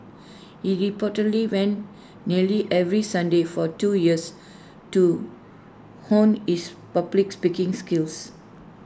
he reportedly went nearly every Sunday for two years to hone his public speaking skills